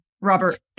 Robert